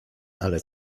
ale